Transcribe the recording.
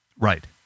Right